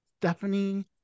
Stephanie